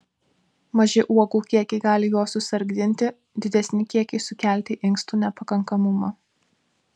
maži uogų kiekiai gali juos susargdinti didesni kiekiai sukelti inkstų nepakankamumą